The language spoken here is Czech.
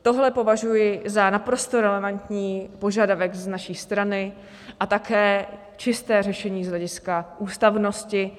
Tohle považuji za naprosto relevantní požadavek z naší strany a také čisté řešení z hlediska ústavnosti.